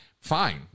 fine